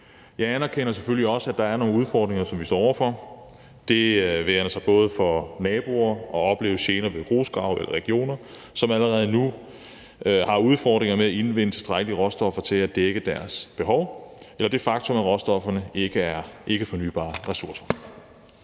Jeg anerkender selvfølgelig også, at der er nogle udfordringer, som vi står over for; det være sig for naboer i forhold til at opleve gener ved grusgrave, for regioner, som allerede nu har udfordringer med at indvinde tilstrækkelige råstoffer til at dække deres behov, eller det faktum, at råstofferne ikke er fornybare ressourcer.